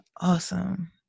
Awesome